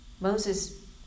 Moses